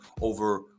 over